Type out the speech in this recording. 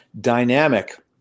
dynamic